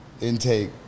intake